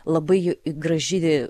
labai graži